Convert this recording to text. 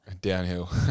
Downhill